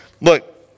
Look